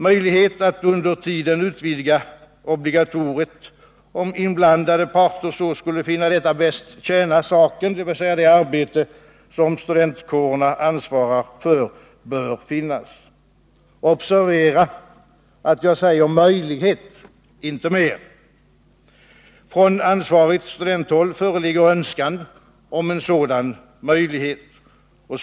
Möjligheten att under tiden utvidga obligatoriet, om inblandade parter skulle finna att detta bäst tjänar saken, dvs. det arbete som studentkårerna ansvarar för, bör finnas. Observera att jag säger möjlighet — inte mer. Från ansvarigt studenthåll föreligger önskan om en sådan möjlighet.